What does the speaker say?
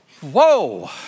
Whoa